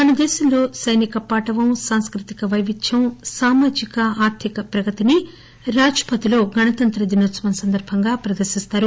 మన దేశంలో సైనిక పాటవం సాంస్కృతిక వైవిధ్యం సామాజిక ఆర్ధిక ప్రగతిని రాజ్సథ్ లో గణతంత్ర దినోత్సవం సందర్బంగా ప్రదర్శిస్తారు